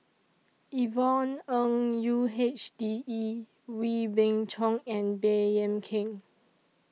Yvonne Ng U H D E Wee Beng Chong and Baey Yam Keng